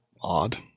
odd